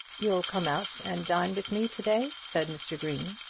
you'll come out and dine with me to-day? said mr. green.